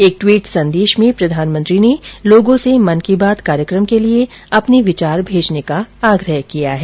एक ट्वीट संदेश में प्रधानमंत्री ने लोगों से मन की बात कार्यक्रम के लिए अपने विचार भेजने का आग्रह किया है